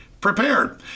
prepared